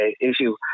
issue